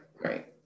right